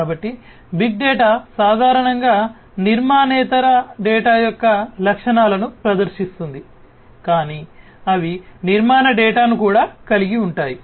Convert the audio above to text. కాబట్టి big data సాధారణంగా నిర్మాణేతర డేటా యొక్క లక్షణాలను ప్రదర్శిస్తుంది కానీ అవి నిర్మాణ డేటాను కూడా కలిగి ఉంటాయి